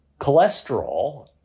cholesterol